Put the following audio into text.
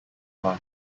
are